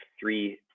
three